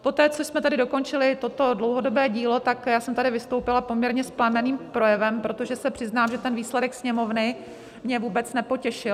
Poté, co jsme tady dokončili toto dlouhodobé dílo, tak jsem tady vystoupila s poměrně plamenným projevem, protože se přiznám, že výsledek Sněmovny mě vůbec nepotěšil.